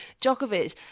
Djokovic